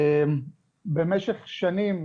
במשך שנים,